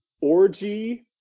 orgy